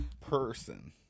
person